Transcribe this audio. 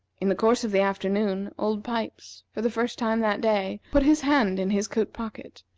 in the course of the afternoon, old pipes, for the first time that day, put his hand in his coat-pocket,